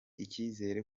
icyizere